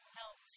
help